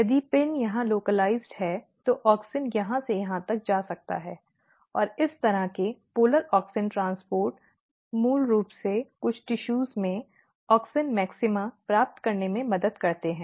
यदि PIN यहां स्थानीय है तो ऑक्सिन यहां से यहां तक जा सकता है और इस तरह के ध्रुवीय ऑक्सिन परिवहन मूल रूप से कुछ ऊतकों में ऑक्सिन मैक्सिमा प्राप्त करने में मदद करते हैं